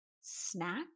snack